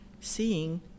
seeing